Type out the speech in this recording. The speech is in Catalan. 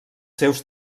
seus